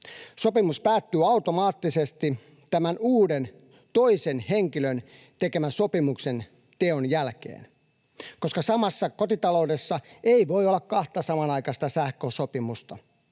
Sopimus päättyy automaattisesti tämän uuden, toisen henkilön tekemän sopimuksen teon jälkeen, koska samassa kotitaloudessa ei voi olla kahta samanaikaista sähkösopimusta.